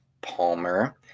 palmer